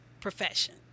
profession